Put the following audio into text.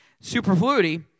Superfluity